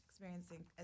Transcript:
Experiencing